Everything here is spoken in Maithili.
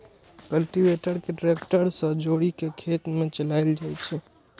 कल्टीवेटर कें ट्रैक्टर सं जोड़ि कें खेत मे चलाएल जाइ छै